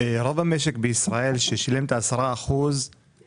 רוב המשק בישראל ששילם את ה-10% עשה זאת